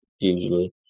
usually